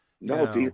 No